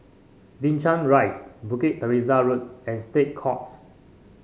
Binchang Rise Bukit Teresa Road and State Courts